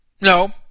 No